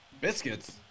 Biscuits